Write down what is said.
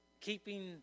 keeping